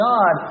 God